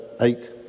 Eight